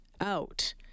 out